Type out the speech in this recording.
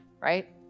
right